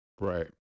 right